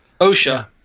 Osha